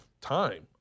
time